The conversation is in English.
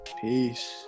Peace